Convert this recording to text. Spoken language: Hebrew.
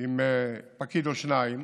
עם פקיד או שניים